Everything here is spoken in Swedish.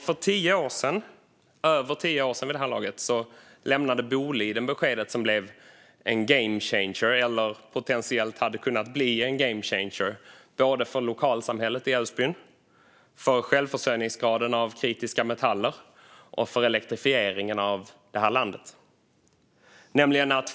För drygt tio år sedan lämnade Boliden beskedet som blev en game changer, eller potentiellt hade kunnat bli en game changer, både för lokalsamhället i Älvsbyn, för självförsörjningsgraden av kritiska metaller och för elektrifieringen av det här landet.